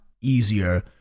easier